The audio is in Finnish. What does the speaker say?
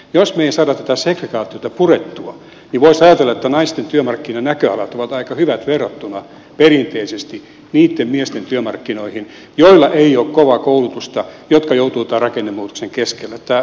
jos me emme saa tätä segregaatiota purettua niin voisi ajatella että naisten työmarkkinanäköalat ovat aika hyvät verrattuna perinteisesti niitten miesten työmarkkinoihin joilla ei ole kovaa koulutusta jotka joutuvat tämän rakennemuutoksen keskelle